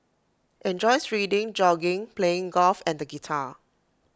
enjoys reading jogging playing golf and the guitar